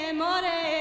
more